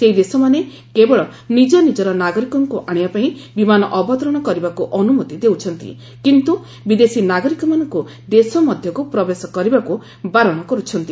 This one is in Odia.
ସେହି ଦେଶମାନେ କେବଳ ନିଜ ନିଜର ନାଗରିକଙ୍କୁ ଆଣିବା ପାଇଁ ବିମାନ ଅବତରଣ କରିବାକୁ ଅନୁମତି ଦେଉଛନ୍ତି କିନ୍ତୁ ବିଦେଶୀ ନାଗରିକମାନଙ୍କୁ ଦେଶ ମଧ୍ୟକୁ ପ୍ରବେଶ କରିବାକୁ ବାରଣ କର୍ଛନ୍ତି